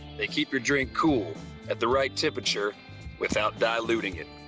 they keep your drink cool at the right temperature without diluting it